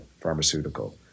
pharmaceutical